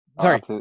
Sorry